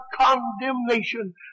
condemnation